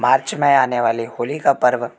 मार्च में आने वाले होली का पर्व